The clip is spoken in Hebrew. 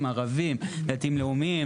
אני בן אדם מאוד עירוני,